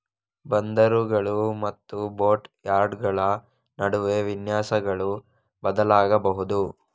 ಬಂದರುಗಳು ಮತ್ತು ಬೋಟ್ ಯಾರ್ಡುಗಳ ನಡುವೆ ವಿನ್ಯಾಸಗಳು ಬದಲಾಗಬಹುದು